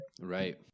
right